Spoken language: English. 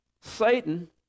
Satan